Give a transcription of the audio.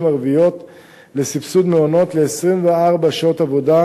ערביות לסבסוד מעונות ל-24 שעות עבודה,